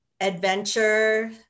adventure